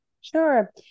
Sure